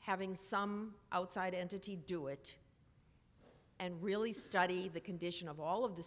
having some outside entity do it and really study the condition of all of the